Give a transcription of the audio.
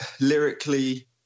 lyrically